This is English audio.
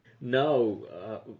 No